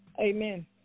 Amen